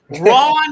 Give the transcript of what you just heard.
Ron